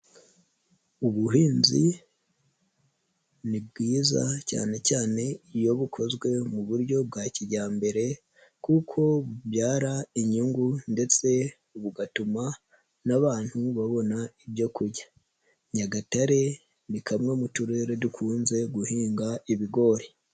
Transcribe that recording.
Ubuhinzi ni bwiza cyane cyane iyo bukozwe mu buryo bwa kijyambere kuko bubyara inyungu ndetse bugatuma n'abantu babona ibyo kurya. Nyagatare, ni kamwe mu turere dukunze guhinga ibigori.